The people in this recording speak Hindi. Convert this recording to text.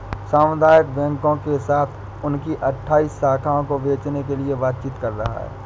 सामुदायिक बैंकों के साथ उनकी अठ्ठाइस शाखाओं को बेचने के लिए बातचीत कर रहा है